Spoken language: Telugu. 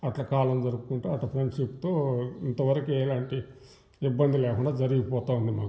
అట్లా కాలం గడుపుకుంటా అట్ట ఫ్రెండ్షిప్తో ఇంతవరికి ఎలాంటి ఇబ్బంది లేకుండా జరిగిపోతూ ఉంది మాకు